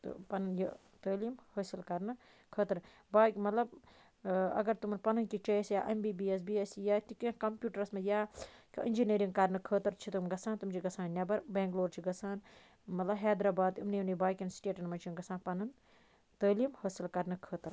پنٕنۍ یہِ تعلیٖم حٲصِل کَرنہٕ خٲطرٕ باقٕے مَطلَب اَگَر تِمَن پنٕنۍ کیٚنٛہہ چوایِز یا M B B S, B S C یا تہِ کیٚنٛہہ کَمپیٛوٗٹرس مَنٛز یا اِنجِنیرِنٛگ کَرنہٕ خٲطرٕ چھِ تِتُم گژھان تِم چھِ گژھان نیٚبَر بنٛگلور چھِ گژھان مَطلَب حیدرآباد یِمنٕے یِمنٕے باقیَن سٹیٹَن منٛز چھِ گژھان پنٕنۍ تعلیٖم حٲصِل کَرنہٕ خٲطرٕ